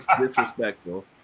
disrespectful